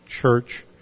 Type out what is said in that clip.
church